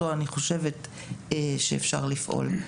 אני חושבת שאפשר לפעול.